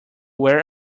wear